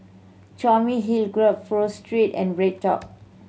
Tommy Hill graph Pho Street and BreadTalk